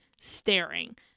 staring